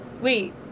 wait